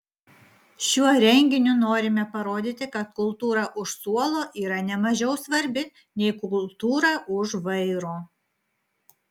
šiuo renginiu norime parodyti kad kultūra už suolo yra ne mažiau svarbi nei kultūra už vairo